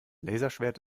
laserschwert